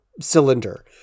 cylinder